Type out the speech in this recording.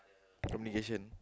communication